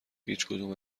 هیچکدوم